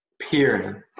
peering